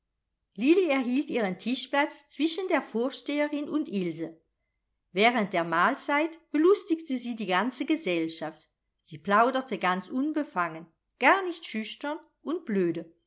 erhielt ihren tischplatz zwischen der vorsteherin und ilse während der mahlzeit belustigte sie die ganze gesellschaft sie plauderte ganz unbefangen gar nicht schüchtern und blöde